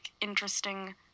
interesting